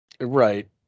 Right